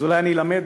אז אולי אני אלמד,